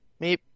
Meep